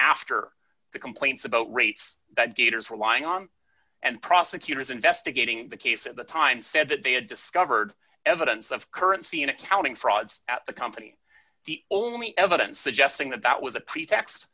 after the complaints about rates that gators were lying on and prosecutors investigating the case at the time said that they had discovered evidence of currency in accounting fraud at the company the only evidence suggesting that that was a pretext